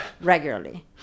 regularly